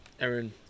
Aaron